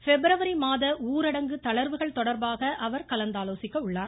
February மாத ஊரடங்கு தளர்வுகள் தொடர்பாக அவர் கலந்து ஆலோசிக்க உள்ளார்